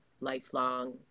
lifelong